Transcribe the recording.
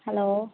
hello